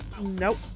Nope